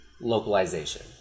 localization